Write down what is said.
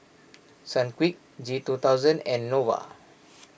Sunquick G two thousand and Nova